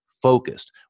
Focused